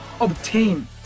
obtain